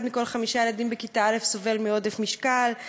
אחד מכל חמישה ילדים בכיתה א' סובל מעודף משקל,